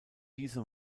diese